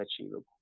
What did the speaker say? achievable